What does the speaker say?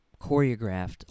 choreographed